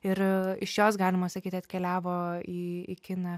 ir iš jos galima sakyt atkeliavo į į kiną